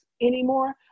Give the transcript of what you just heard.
anymore